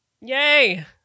yay